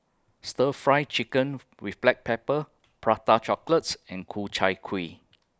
Stir Fry Chicken with Black Pepper Prata Chocolates and Ku Chai Kuih